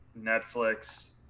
Netflix